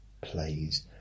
Plays